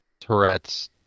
Tourette's